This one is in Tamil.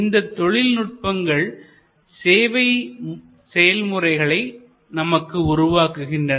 இந்த தொழில்நுட்பங்கள் சேவை செயல்முறைகளை நமக்கு உருவாக்குகின்றன